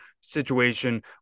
situation